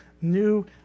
new